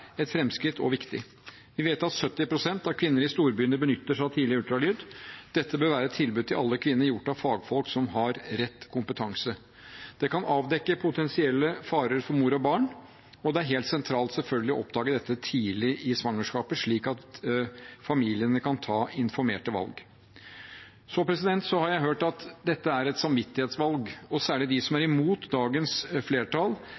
et framskritt og viktig. Vi vet at 70 pst. av kvinner i storbyene benytter seg av tidlig ultralyd. Dette bør være et tilbud til alle kvinner, gjort av fagfolk som har rett kompetanse. Det kan avdekke potensielle farer for mor og barn, og det er selvfølgelig helt sentralt å oppdage dette tidlig i svangerskapet, slik at familiene kan ta informerte valg. Så har jeg hørt at dette er et samvittighetsvalg, og særlig de som er imot dagens flertall,